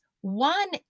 One